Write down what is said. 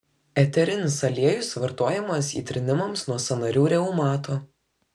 eterinis aliejus vartojamas įtrynimams nuo sąnarių reumato